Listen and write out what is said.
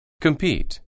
Compete